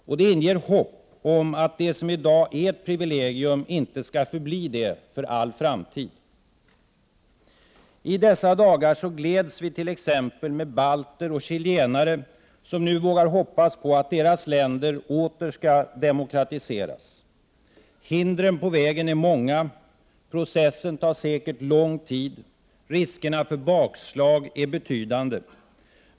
Och det inger hopp om att det som i dag är ett privilegium inte skall förbli det för all framtid. I dessa dagar gläds vi t.ex. med balter och chilenare som nu vågar hoppas på att deras länder åter skall demokratiseras. Hindren på vägen är många. Processen tar säkert lång tid. Riskerna för bakslag är betydande.